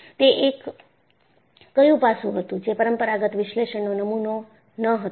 તે એક કયું પાસું હતું જે પરમ્પરાગત વિશ્લેષણનો નમુનો ન હતું